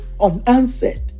unanswered